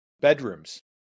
bedrooms